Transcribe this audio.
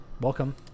welcome